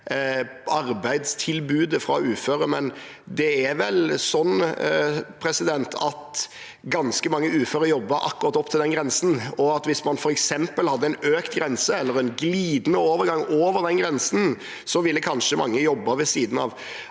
jobb budet for uføre, men det er vel sånn at ganske mange uføre jobber akkurat opp til den grensen, og at hvis man f.eks. hadde en økt grense eller en glidende overgang over den grensen, ville kanskje mange jobbet ved siden av.